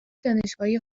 دانشگاهی